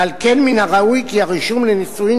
ועל כן מן הראוי כי הרישום לנישואים